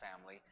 family